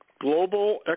Global